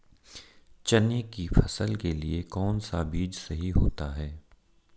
चने की फसल के लिए कौनसा बीज सही होता है?